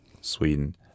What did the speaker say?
Sweden